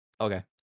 Okay